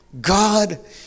God